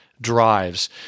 drives